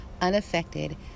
unaffected